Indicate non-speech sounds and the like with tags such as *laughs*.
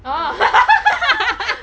oh *laughs*